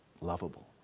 lovable